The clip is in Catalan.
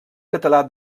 català